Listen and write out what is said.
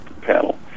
panel